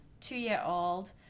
two-year-old